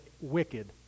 wicked